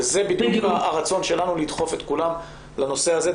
וזה בדיוק הרצון שלנו לדחוף את כולם לנושא הזה,